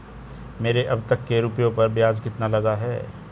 मेरे अब तक के रुपयों पर ब्याज कितना लगा है?